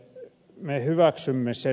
me hyväksymme sen